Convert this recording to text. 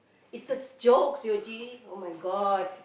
it's a jokes Yuji [oh]-my-god